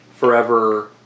Forever